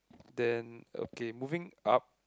then okay moving up